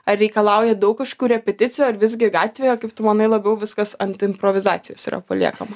ar reikalauja daug kažkur repeticijų ar visgi gatvėje kaip tu manai labiau viskas ant improvizacijos yra paliekama